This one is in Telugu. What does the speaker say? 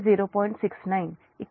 69 ఇక్కడ కూడా j 0